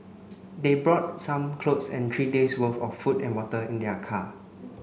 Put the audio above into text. they brought some clothes and three days' worth of food and water in their car